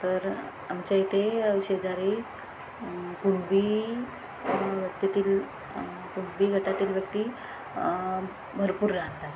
तर आमच्या इते शेजारी कुडबी व्यक्तीतील कुटबी गटातील व्यक्ती भरपूर राहतात